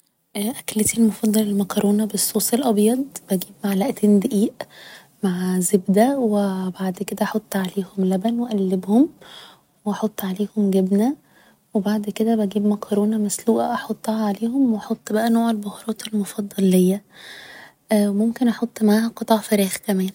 أكلتي المفضلة المكرونة بالصوص الأبيض بجيب معلقتين دقيق مع زبدة و بعد كده بحط عليهم لبن و اقلبهم و احط عليهم جبنة و بعد كده بجيب مكرونة مسلوقة أحطها عليهم و احط بقا نوع البهارات المفضل ليا ممكن احط معاها قطع فراخ كمان